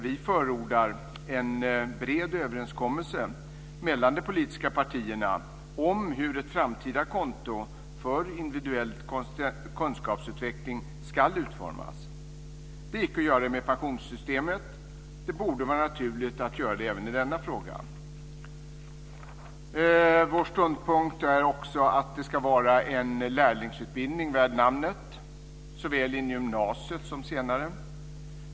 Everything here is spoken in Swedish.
Vi förordar en bred överenskommelse mellan de politiska partierna om hur ett framtida konto för individuell kunskapsutveckling ska utformas. Det gick att göra det med pensionssystemet. Det borde vara naturligt att göra det även i denna fråga. Det är också vår ståndpunkt att det ska vara en lärlingsutbildning värd namnet såväl inom gymnasiet som senare.